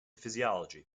physiology